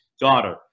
daughter